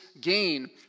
gain